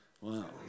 Wow